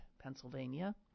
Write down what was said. Pennsylvania